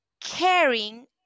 caring